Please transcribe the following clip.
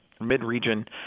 mid-region